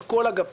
על כל אגפיה,